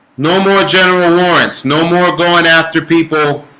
no more general warrants no more going after people